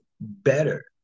better